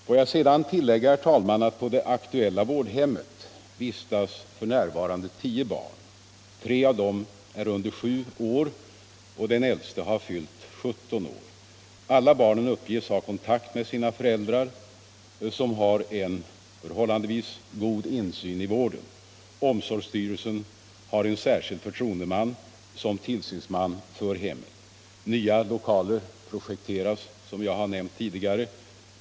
Får jag sedan tillägga, herr talman, att på det aktuella vårdhemmet vistas f.n. tio barn. Tre av dem är under sju år, och den äldste har fyllt 17 år. Alla barnen uppges ha kontakt med sina föräldrar, som har förhållandevis god insyn i vården. Omsorgsstyrelsen har en särskild förtroendeman som tillsynsman för hemmet. Nya lokaler projekteras, som jag tidigare nämnt.